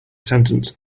sentence